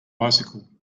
bicycle